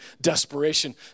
desperation